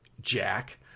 Jack